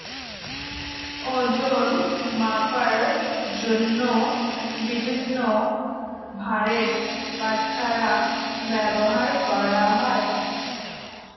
ওজন মাপার জন্য বিভিন্ন ভারের বাটখারা ব্যবহার করা হয়